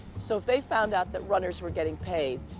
so if they found out that runners were getting paid,